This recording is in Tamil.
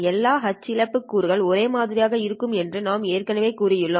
எல்லா H இழப்பு கூறுகள் ஒரே மாதிரியாக இருக்கும் என்று நாம் ஏற்கனவே கூறியுள்ளோம்